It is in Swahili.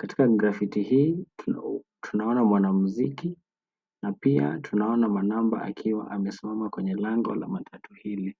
Katika grafiti hii, tunaona mwanamuziki na pia tunaona manamba akiwa amesimama kwenye lango la matatu hili.